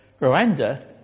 Rwanda